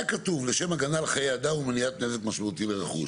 היה כתוב "לשם הגנה לחיי אדם ולמניעת נזק משמעותי לרכוש".